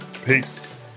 Peace